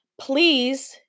Please